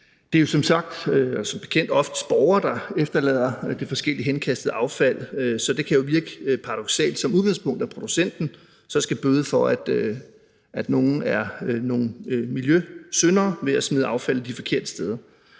Det er som bekendt oftest borgere, der efterlader forskelligt henkastet affald, så det kan jo virke paradoksalt, at producenten så som udgangspunkt skal bøde for, at nogle er miljøsyndere ved at smide affald de forkerte steder.